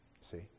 See